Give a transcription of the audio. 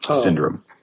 syndrome